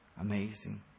Amazing